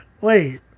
wait